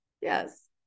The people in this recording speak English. Yes